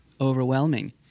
overwhelming